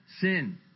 sin